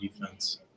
defense